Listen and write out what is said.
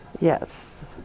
Yes